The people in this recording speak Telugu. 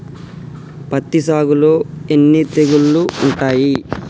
పత్తి సాగులో ఎన్ని తెగుళ్లు ఉంటాయి?